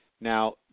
Now